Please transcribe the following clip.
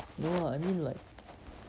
no I mean like